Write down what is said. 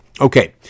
Okay